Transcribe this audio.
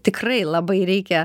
tikrai labai reikia